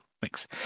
Thanks